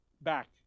back